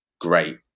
great